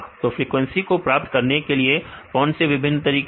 तो फ्रीक्वेंसी को प्राप्त करने के लिए कौन से विभिन्न तरीके हैं